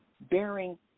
bearing